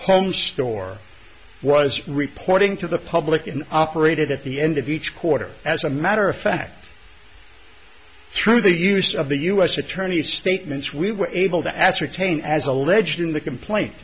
home store was reporting to the public and operated at the end of each quarter as a matter of fact through the use of the us attorney statements we were able to ascertain as alleged in the complaint